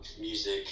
music